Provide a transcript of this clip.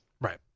Right